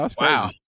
wow